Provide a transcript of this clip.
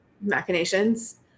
machinations